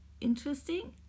Interesting